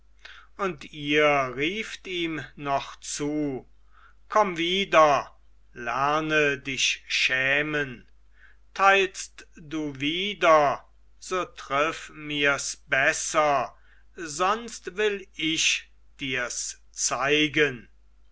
und ihr rieft ihm noch zu komm wieder lerne dich schämen teilst du wieder so triff mirs besser sonst will ich dirs zeigen